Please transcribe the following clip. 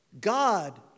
God